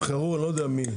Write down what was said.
תבחרו, אני לא יודע מי,